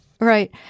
Right